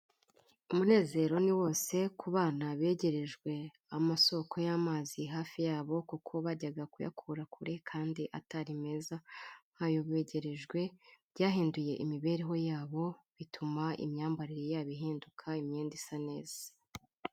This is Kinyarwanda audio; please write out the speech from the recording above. Umunezero ni wose ku bana begerejwe amasoko y'amazi hafi yabo kuko bajyaga kuyakura kure kandi atari meza nk'ayo begerejwe, byahinduye imibereho yabo, bituma imyambarire yabo ihinduka, imyenda isa neza.